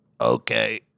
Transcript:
okay